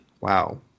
wow